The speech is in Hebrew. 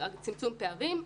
צמצום פערים?